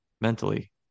mentally